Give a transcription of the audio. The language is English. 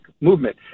movement